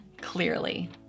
clearly